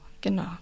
genau